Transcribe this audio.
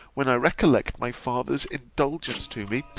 when i recollect my father's indulgence to me,